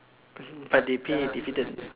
mmhmm but they pay dividend